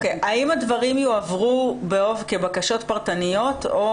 האם הדברים יועברו כבקשות פרטניות או